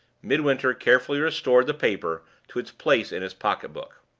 midwinter carefully restored the paper to its place in his pocketbook.